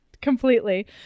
completely